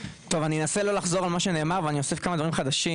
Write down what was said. אנסה לא לחזור על מה שנאמר ואוסיף כמה דברים חדשים.